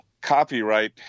copyright